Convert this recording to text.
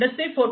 industry 4